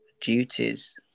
duties